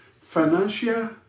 financial